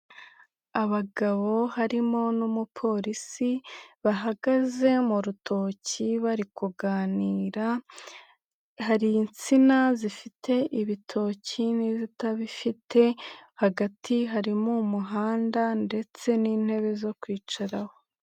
Abagabo harimo n'umupolisi bahagaze mu rutoki bari kuganira, hari insina zifite ibitoki n'izitabifite, hagati harimo umuhanda ndetse n'intebe zo kwicaraho.